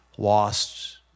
Lost